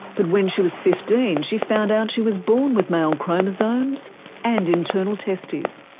but when she was fifteen she found out she was born with male chromosomes and internal testes.